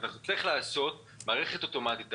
אנחנו נצטרך לעשות מערכת אוטומטית.